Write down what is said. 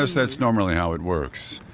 that's that's normally how it works.